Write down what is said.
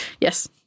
Yes